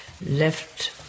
left